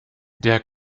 der